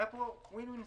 היה פה Win Win situation.